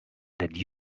duly